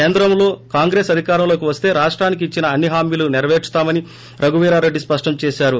కేంద్రంలో కాంగ్రెస్ అధికారంలోకి వస్త రాష్టానికి ఇచ్చిన అన్ని హామీలు నెరపేర్చుతామని రఘువీరారెడ్డి స్పష్ణం చేశారు